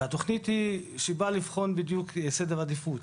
והתוכנית באה לבחון בדיוק סדר עדיפות